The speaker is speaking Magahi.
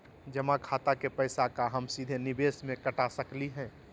जमा खाता के पैसा का हम सीधे निवेस में कटा सकली हई?